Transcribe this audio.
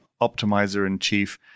optimizer-in-chief